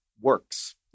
works